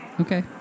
Okay